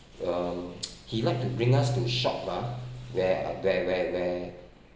um he like to bring us to shop lah where where where where